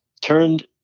turned